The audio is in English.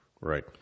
Right